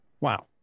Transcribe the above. Wow